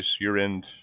year-end